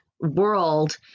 world